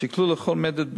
בשקלול לכל מדד,